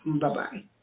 bye-bye